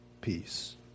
Peace